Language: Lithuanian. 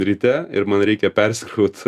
ryte ir man reikia persikraut